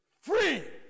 free